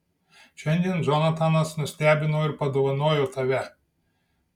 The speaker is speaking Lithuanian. šiandien džonatanas nustebino ir padovanojo tave